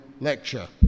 lecture